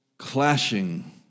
clashing